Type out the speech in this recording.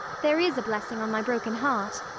there is a blessing on my broken heart.